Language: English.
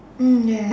mm ya